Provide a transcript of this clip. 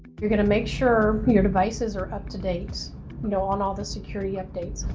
you're going to make sure your devices are up to date you know on all the security updates.